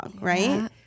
right